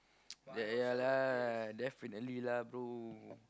yeah yeah lah definitely lah bro